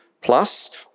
plus